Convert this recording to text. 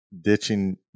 ditching